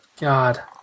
God